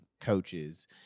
coaches